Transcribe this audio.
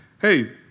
hey